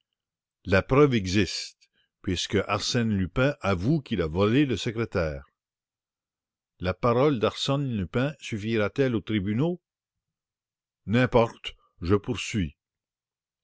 la preuve existe puisque arsène lupin avoue qu'il a volé le secrétaire la parole d'arsène lupin suffira t elle aux tribunaux n'importe je poursuis